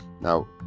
Now